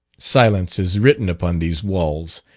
silence is written upon these walls,